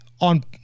on